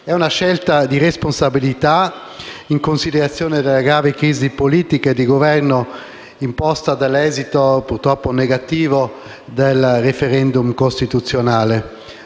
di una scelta di responsabilità, in considerazione della grave crisi politica e di governo imposta dall'esito purtroppo negativo del *referendum* costituzionale.